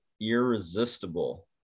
irresistible